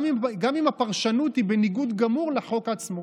גם אם הפרשנות היא בניגוד גמור לחוק עצמו.